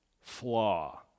flaw